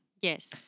Yes